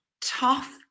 tough